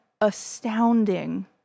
astounding